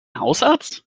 hausarzt